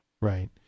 Right